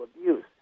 abuse